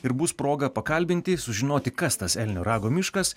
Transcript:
ir bus proga pakalbinti sužinoti kas tas elnio rago miškas